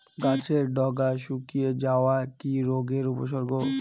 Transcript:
গাছের ডগা শুকিয়ে যাওয়া কি রোগের উপসর্গ?